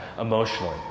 emotionally